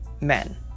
men